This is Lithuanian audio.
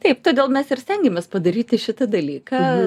taip todėl mes ir stengiamės padaryti šitą dalyką